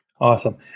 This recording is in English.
Awesome